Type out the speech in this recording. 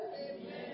Amen